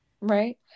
Right